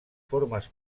formes